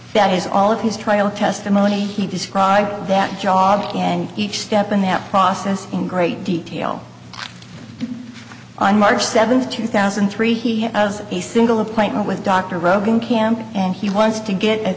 has all of his trial testimony he described that job and each step in that process in great detail on march seventh two thousand and three he has a single appointment with dr rogan camp and he wants to get